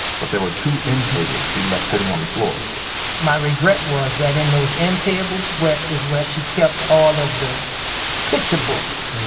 but there were two end tables he'd left sitting on the floor my regret was that in those end tables is where she kept all of the picture books.